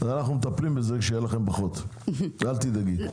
אנחנו מטפלים בזה שזה יעלה לכם פחות, אל תדאגי.